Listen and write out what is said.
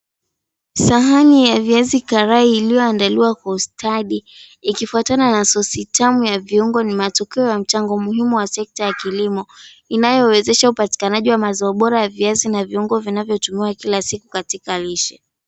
Sahani ya viazi karai iliyoandaliwa kwa ustadi, ikifuatana na sosi tamu ya viungo, ni matukio ya mchango muhimu wa sekta ya kilimo inayowezesha upatikanaji wa mazao bora ya viazi na viungo vinavyotumiwa kila siku katika lishe.